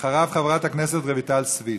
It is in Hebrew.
אחריו, חברת הכנסת רויטל סויד.